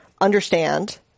understand